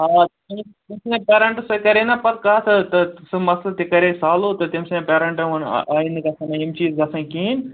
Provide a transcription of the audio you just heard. آ تمٔۍ سٕںٛدِس پیرنٛٹٕس سۭتۍ کَریاے نا پتہٕ کَتھ تہٕ سُہ مسلہٕ تہِ کَریاے سالو تہٕ تٔمۍ سٕنٛدٮ۪ن پیرنٹن ووٚن آینٛدٕ گَژھن نہٕ یِم چیٖز گَژھٕنۍ کِہیٖنٛۍ